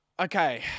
Okay